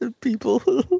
People